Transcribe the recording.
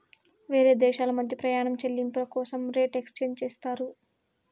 వేరే దేశాల మధ్య ప్రయాణం చెల్లింపుల కోసం రేట్ ఎక్స్చేంజ్ చేస్తారు